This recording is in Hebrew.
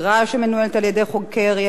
שמנוהלת על-ידי חוקר ילדים,